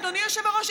אדוני היושב-ראש,